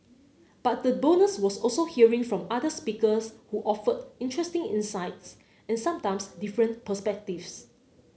but the bonus was also hearing from other speakers who offered interesting insights and sometimes different perspectives